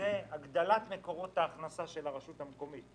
זה גם הגדלת מקורות ההכנסה של הרשות המקומית.